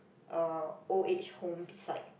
uh old aged home beside